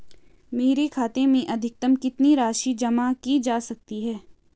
मेरे खाते में अधिकतम कितनी राशि जमा की जा सकती है?